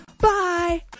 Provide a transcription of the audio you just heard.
bye